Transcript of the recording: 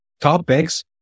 topics